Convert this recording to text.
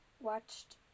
watched